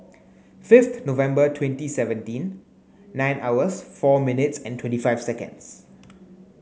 fifth November twenty seventeen nine hours four minutes and twenty five seconds